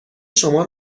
شما